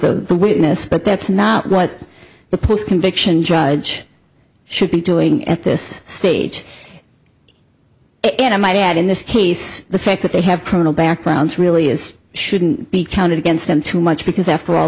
the witness but that's not what the post conviction judge should be doing at this stage and i might add in this case the fact that they have criminal backgrounds really is shouldn't be counted against them too much because after a